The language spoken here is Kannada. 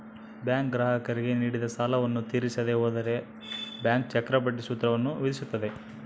ಬ್ಯಾಂಕ್ ಗ್ರಾಹಕರಿಗೆ ನೀಡಿದ ಸಾಲವನ್ನು ತೀರಿಸದೆ ಹೋದರೆ ಬ್ಯಾಂಕ್ ಚಕ್ರಬಡ್ಡಿ ಸೂತ್ರವನ್ನು ವಿಧಿಸುತ್ತದೆ